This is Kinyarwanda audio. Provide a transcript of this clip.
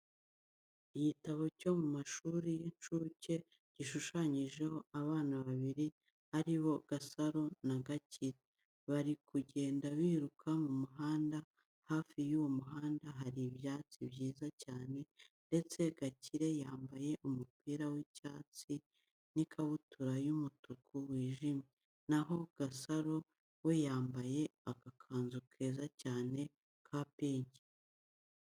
Igitabo cyo mu mashuri y'inshuke gishushanyijeho abana babiri ari bo Gasaro na Gakire. Bari kugenda biruka mu muhanda, hafi y'uwo muhanda hari ibyatsi byiza cyane ndetse Gakire yambaye umupira w'icyatsi n'ikabutura y'umutuku wijimye, na ho Gasaro we yambaye agakanzu keza cyane ka pinki.